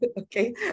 okay